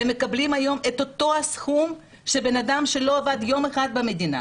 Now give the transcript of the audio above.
והם מקבלים היום את אותו סכום שמקבל אדם שלא עבד יום אחד במדינה.